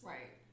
Right